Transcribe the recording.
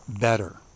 better